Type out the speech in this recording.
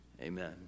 Amen